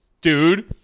dude